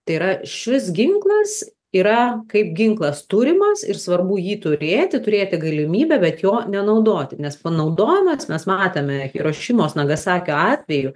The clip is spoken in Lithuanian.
tai yra šis ginklas yra kaip ginklas turimas ir svarbu jį turėti turėti galimybę bet jo nenaudoti nes panaudojamas mes matėme hirošimos nagasakio atveju